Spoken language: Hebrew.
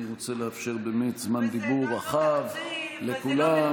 אני רוצה לאפשר זמן דיבור רחב לכולם.